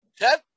Ted